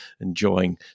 enjoying